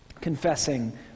confessing